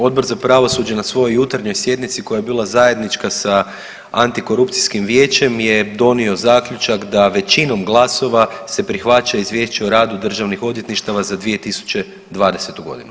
Odbor za pravosuđe na svojoj jutarnjoj sjednici koja je bila zajednička sa Antikorupcijskim vijećem je donio zaključak da većinom glasova se prihvaća Izvješće o radu Državnih odvjetništava za 2020. godinu.